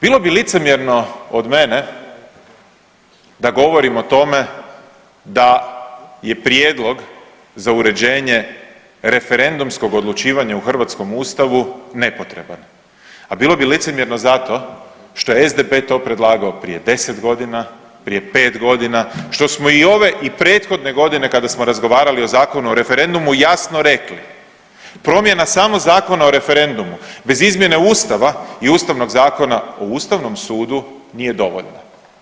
Bilo bi licemjerno od mene da govorim o tome da je prijedlog za uređenje referendumskog odlučivanja u hrvatskom Ustavu nepotreban, a bilo bi licemjerno zato što SDP je to predlagao prije 10 godina, prije 5 godina, što smo i ove i prethodne godine kada smo razgovarali o Zakonu o referendumu jasno rekli, promjena samo Zakona o referendumu bez izmjene Ustava i Ustavnog zakona o Ustavnom sudu nije dovoljna.